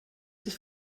sich